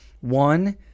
One